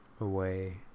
Away